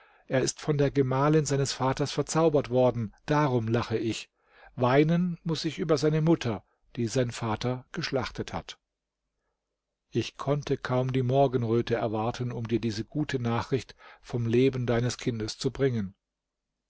er ist von der gemahlin seines vaters verzaubert worden darum lache ich weinen muß ich über seine mutter die sein vater geschlachtet hat ich konnte kaum die morgenröte erwarten um dir diese gute nachricht vom leben deines kindes zu bringen